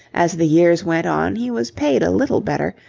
as the years went on he was paid a little better,